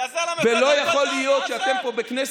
שמשטר האייתולות באיראן